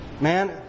Man